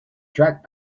track